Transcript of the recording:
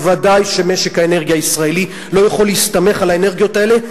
ודאי שמשק האנרגיה הישראלי לא יכול להסתמך על האנרגיות האלה,